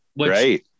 right